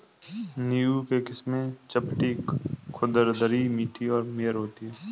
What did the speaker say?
नींबू की किस्में चपटी, खुरदरी, मीठी और मेयर होती हैं